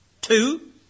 Two